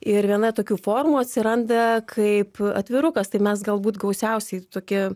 ir viena tokių formų atsiranda kaip atvirukas tai mes galbūt gausiausiai tokie